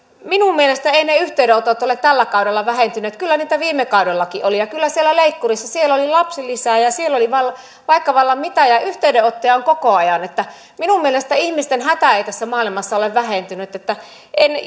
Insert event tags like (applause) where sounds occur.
minun mielestäni eivät ne yhteydenotot ole tällä kaudella vähentyneet kyllä niitä viime kaudellakin oli ja kyllä siellä leikkurissa oli lapsilisää ja siellä oli vaikka vallan mitä ja yhteydenottoja on koko ajan minun mielestäni ihmisten hätä ei tässä maailmassa ole vähentynyt en (unintelligible)